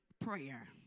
prayer